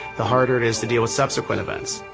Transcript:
the harder it is to deal with subsequent events.